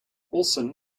olsen